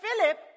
Philip